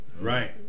Right